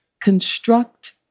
construct